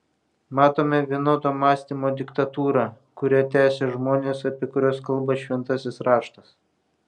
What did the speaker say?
matome vienodo mąstymo diktatūrą kurią tęsia žmonės apie kuriuos kalba šventasis raštas